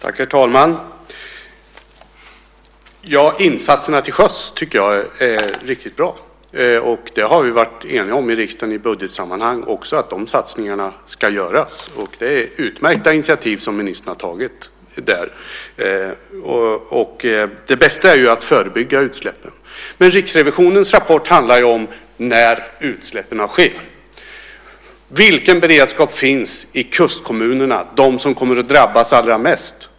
Herr talman! Insatserna till sjöss tycker jag är riktigt bra. Det har vi varit eniga om i riksdagen i budgetsammanhang också. De satsningarna ska göras. Det är utmärkta initiativ som ministern har tagit där. Det bästa är ju att förebygga utsläppen, men Riksrevisionens rapport handlar ju om när utsläppen sker. Vilken beredskap finns i kustkommunerna, de som kommer att drabbas allra mest?